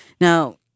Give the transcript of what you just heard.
Now